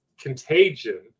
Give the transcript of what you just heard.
contagion